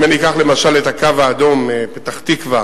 אם אני אקח למשל את "הקו האדום" פתח-תקווה,